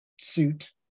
suit